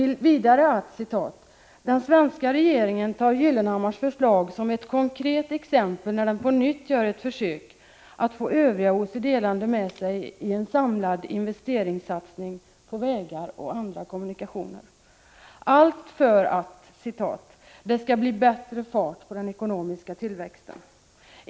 Vidare sägs att ”den svenska regeringen tar Gyllenhammars förslag som ett konkret exempel när den på nytt gör ett försök att få övriga OECD-länder med sig i en samlad investeringssatsning på vägar och andra kommunikationer”. Allt detta för att ”det skall bli bättre fart på den ekonomiska tillväxten”.